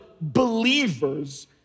believers